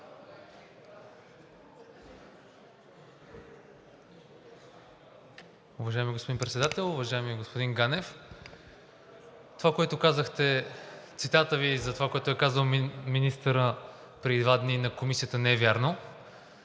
Уважаеми господин Председател! Уважаеми господин Ганев, това, което казахте – цитатът Ви за това, което е казал министърът преди два дни в Комисията не е вярно.